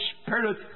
Spirit